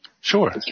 Sure